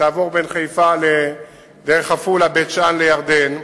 שתעבור בין חיפה דרך עפולה ובית-שאן לירדן.